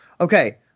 okay